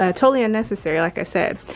ah totally unnecessary, like i said.